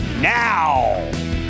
now